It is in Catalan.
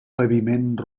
paviment